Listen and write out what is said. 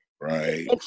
Right